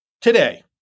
today